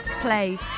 play